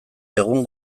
egun